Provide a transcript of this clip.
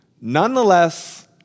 Nonetheless